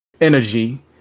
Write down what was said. energy